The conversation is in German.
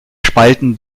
spalten